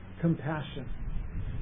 compassion